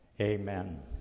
amen